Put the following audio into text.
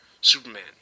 Superman